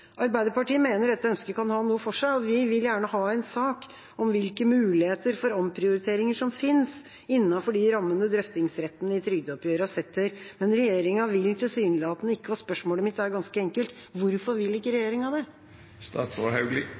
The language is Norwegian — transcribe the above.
Arbeiderpartiet mener at dette ønsket kan ha noe for seg, og vi vil gjerne ha en sak om hvilke muligheter for omprioritering som finnes innenfor de rammene som drøftingsretten i trygdeoppgjørene setter. Men regjeringa vil tilsynelatende ikke, og spørsmålet mitt er ganske enkelt: Hvorfor vil ikke regjeringa